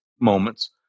moments